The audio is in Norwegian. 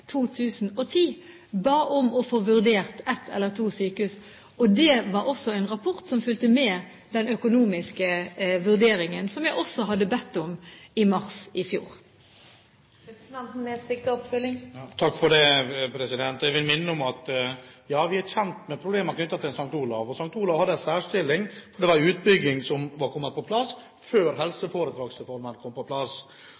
2010 ba om å få vurdert ett eller to sykehus. Det var også en rapport som fulgte med den økonomiske vurderingen, som jeg også hadde bedt om i mars i fjor. Ja, vi er kjent med problemene knyttet til St. Olavs hospital. St. Olavs hospital var i en særstilling, for det var en utbygging som var kommet på plass før